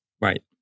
Right